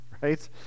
right